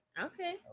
Okay